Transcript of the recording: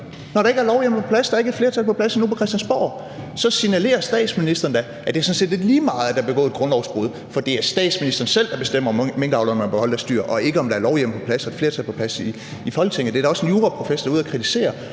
på plads på Christiansborg. Så signalerer statsministeren da, at det sådan set er lidt lige meget, at der er begået et grundlovsbrud, for det er statsministeren selv, der bestemmer, om minkavlerne må beholde deres dyr; det afhænger ikke af, om der er lovhjemmel på plads og et flertal på plads i Folketinget. Det er der også en juraprofessor der er ude at kritisere.